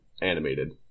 animated